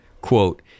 Quote